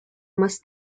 más